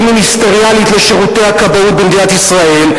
מיניסטריאלית לשירותי הכבאות במדינת ישראל,